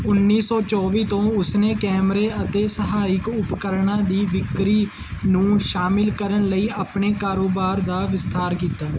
ਉੱਨੀ ਸੌ ਚੌਵੀ ਤੋਂ ਉਸਨੇ ਕੈਮਰੇ ਅਤੇ ਸਹਾਇਕ ਉਪਕਰਨਾਂ ਦੀ ਵਿਕਰੀ ਨੂੰ ਸ਼ਾਮਲ ਕਰਨ ਲਈ ਆਪਣੇ ਕਾਰੋਬਾਰ ਦਾ ਵਿਸਥਾਰ ਕੀਤਾ